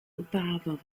auparavant